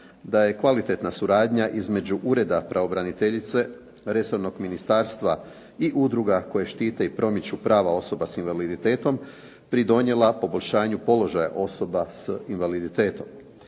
da je kvalitetna suradnja između ureda pravobraniteljice, resornog ministarstva i udruga koje štite i promiču prava osoba sa invaliditetom pridonijela poboljšanju položaja osoba sa invaliditetom.